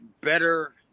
better